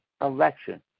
election